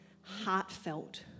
heartfelt